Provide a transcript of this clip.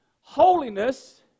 holiness